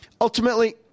Ultimately